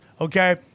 okay